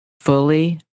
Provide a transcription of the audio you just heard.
Fully